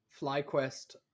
FlyQuest